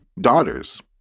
daughters